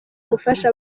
gufasha